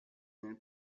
nel